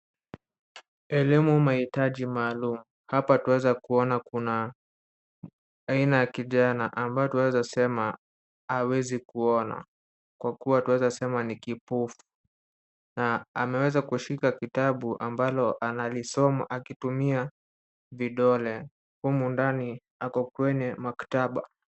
Elimu mahitaji maalum. Hapa twaweza kuona kuna aina ya kijana ambae twaweza kuona hawezi kuona. Kwa kua twaweza sema ni kipofu, na ameweza kushika kitabu ambalo analisoma akitumia vidole. Humu ndani ako kwenye maktaba.